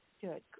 Good